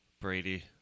Brady